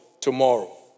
tomorrow